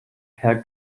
per